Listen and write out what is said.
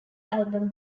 album